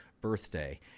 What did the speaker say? birthday